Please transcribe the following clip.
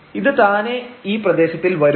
ഇത് താനെ ഈ പ്രദേശത്തിൽ വരും